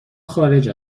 خارج